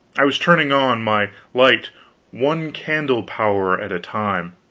i was turning on my light one-candle-power at a time,